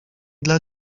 dla